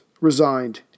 resigned